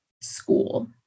school